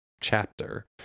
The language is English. chapter